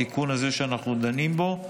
התיקון הזה שאנחנו דנים בו,